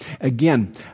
Again